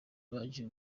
bagize